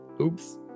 oops